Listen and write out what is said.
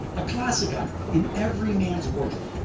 a classic item in every man's wardrobe,